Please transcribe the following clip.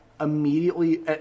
immediately